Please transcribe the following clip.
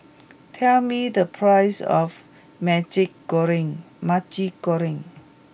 tell me the price of Maggi Goreng Maggi Goreng